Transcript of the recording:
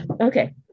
okay